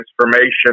transformation